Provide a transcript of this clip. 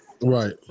Right